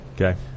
Okay